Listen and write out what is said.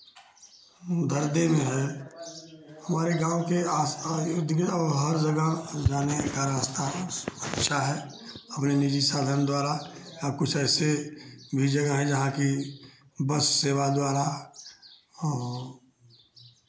दरदे में है हमारे गाँव के आस पास दिगरा और हर जगह जाने का रास्ता बस अच्छा है अपने निजी साधन द्वारा या कुछ ऐसे भी जगह है जहाँ कि बस सेवा द्वारा और